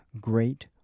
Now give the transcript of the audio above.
great